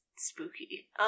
Spooky